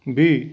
ਵੀਹ